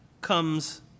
comes